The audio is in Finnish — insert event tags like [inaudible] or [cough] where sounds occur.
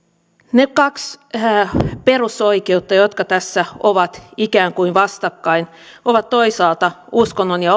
ne kaksi perusoikeutta jotka tässä ovat ikään kuin vastakkain ovat toisaalta uskonnon ja [unintelligible]